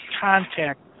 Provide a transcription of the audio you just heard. contact